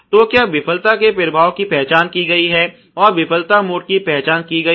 तो क्या विफलता के प्रभाव की पहचान की गई है और विफलता मोड की पहचान की गई है